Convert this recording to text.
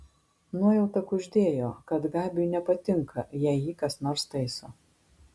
nuojauta kuždėjo kad gabiui nepatinka jei jį kas nors taiso